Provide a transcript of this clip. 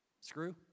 screw